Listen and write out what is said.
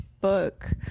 book